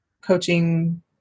coaching